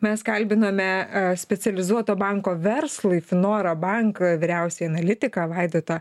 mes kalbiname specializuoto banko verslui finora bank vyriausiąjį analitiką vaidotą